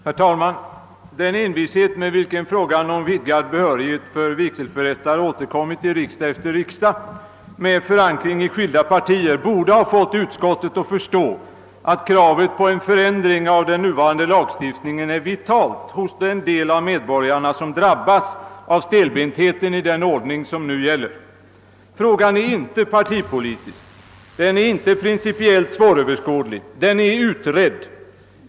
Herr talman! Den envishet med vilken frågan om vidgad behörighet för vigselförrättare återkommit riksdag efter riksdag med förankring i skilda partier borde ha fått utskottet att förstå, att kravet på en förändring av den nuvarande lagstiftningen är vitalt för den del av medborgarna som drabbas av stelbentheten i den ordning som nu gäller. Frågan är inte partipolitisk. Den är inte principiellt svåröverskådlig. Den är utredd.